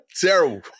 Terrible